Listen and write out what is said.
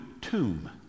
tomb